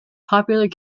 popular